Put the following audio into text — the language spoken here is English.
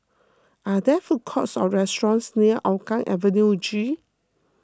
are there food courts or restaurants near Hougang Avenue G